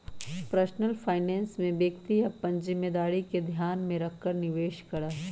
personal finance में व्यक्ति अपन जिम्मेदारी के ध्यान में रखकर निवेश करा हई